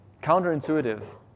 Counterintuitive